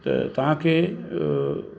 त तव्हांखे